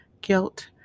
guilt